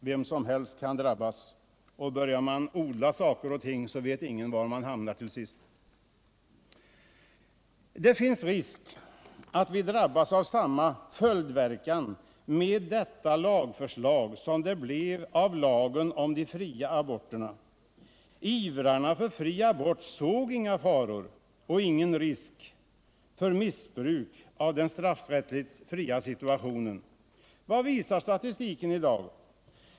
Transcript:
Vem som helst kan drabbas, och börjar man odla saker och ting vet ingen var man hamnar till sist. Det finns risk att vi med detta lagförslag drabbas av samma följdverkan som med lagen om fri abort. Ivrarna för fri abort såg inga faror och ingen risk för missbruk i samband med den straffrättsligt fria situationen. Men vad visar statistiken i dag?